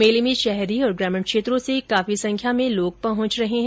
मेले में शहरी और ग्रामीण क्षेत्रों से काफी संख्या में लोग पहुंच रहे है